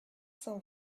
cent